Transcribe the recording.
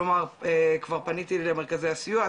כלומר כבר פניתי למרכזי הסיוע,